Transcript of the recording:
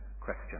question